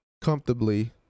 comfortably